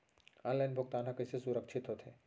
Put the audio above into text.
Online भुगतान हा कइसे सुरक्षित होथे?